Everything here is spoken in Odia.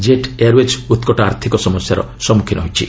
ଜେଟ୍ ଏୟାରଓ୍ବେଜ୍ ଉତ୍କଟ ଆର୍ଥିକ ସମସ୍ୟାର ସମ୍ମୁଖୀନ ହୋଇଛି